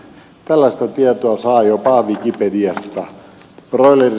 tällaista tietoa saa jopa wikipediasta